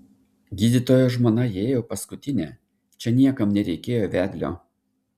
gydytojo žmona įėjo paskutinė čia niekam nereikėjo vedlio